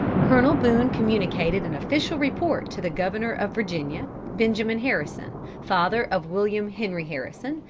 colonel boone communicated an official report to the governor of virginia, benjamin harrison, father of william henry harrison,